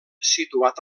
situat